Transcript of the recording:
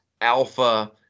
alpha